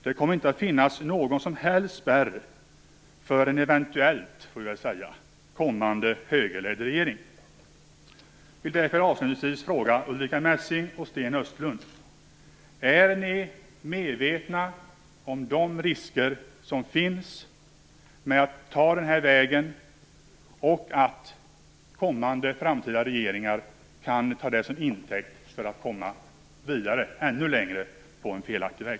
Det kommer inte att finnas någon som helst spärr för en - eventuell, får vi väl säga - Jag vill därför avslutningsvis fråga Ulrica Messing och Sten Östlund: Är ni medvetna om de risker som finns med att ta den här vägen, nämligen att kommande regeringar kan ta det till intäkt för att komma ännu längre på en felaktig väg?